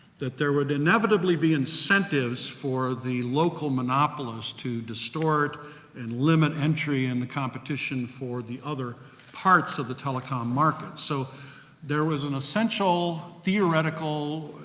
that there would inevitably be incentives for the local monopolies to distort and limit entry and the competition for the other parts of the telecom market. so there was an essential theoretical,